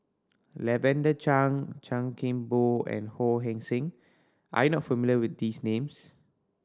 Lavender Chang Chan Kim Boon and Ho Hong Sing are you not familiar with these names